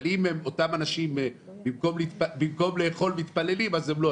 אבל אם אותם אנשים במקום לאכול מתפללים אז הם לא,